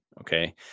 okay